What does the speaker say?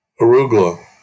Arugula